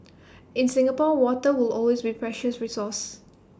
in Singapore water will always be precious resource